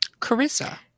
carissa